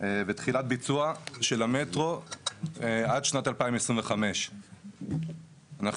ותחילת ביצוע של המטרו עד שנת 2025. אנחנו